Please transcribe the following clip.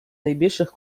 найбільших